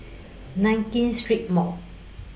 Nankin Street Mall